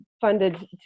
funded